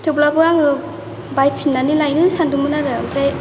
थेवब्लाबो आङो बायफिननानै लायगोन सान्दोंमोन आरो ओमफ्राय